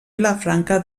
vilafranca